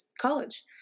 college